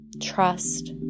Trust